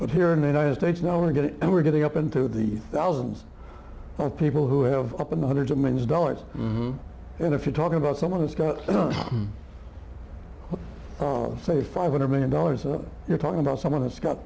but here in the united states now we're getting we're getting up into the thousands of people who have up in the hundreds of millions of dollars and if you're talking about some of this say five hundred million dollars and you're talking about someone